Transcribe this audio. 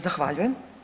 Zahvaljujem.